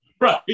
right